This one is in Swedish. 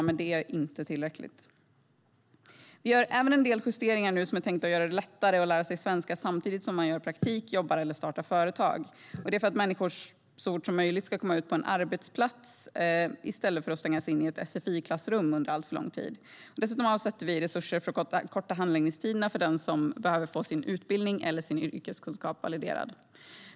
Men det är inte tillräckligt. Vi gör även en del justeringar som är tänkta att göra det lättare att lära sig svenska samtidigt som man gör praktik, jobbar eller startar företag. Det är för att människor så fort som möjligt ska komma ut på en arbetsplats i stället för att stängas in i ett sfi-klassrum under alltför lång tid. Dessutom avsätter vi resurser för att korta handläggningstiderna för den som behöver få sin utbildning eller sin yrkeskunskap validerad.